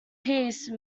peace